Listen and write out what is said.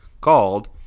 called